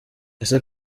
ese